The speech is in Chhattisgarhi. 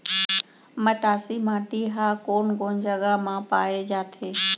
मटासी माटी हा कोन कोन जगह मा पाये जाथे?